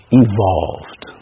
evolved